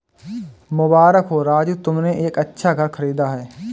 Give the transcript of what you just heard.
मुबारक हो राजू तुमने एक अच्छा घर खरीदा है